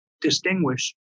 distinguish